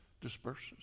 disperses